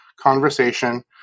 conversation